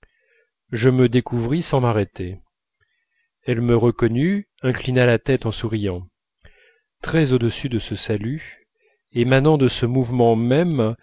je me découvris sans m'arrêter elle me reconnut inclina la tête en souriant très au-dessus de ce salut émanant de ce mouvement même